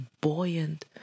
buoyant